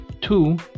two